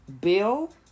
Bill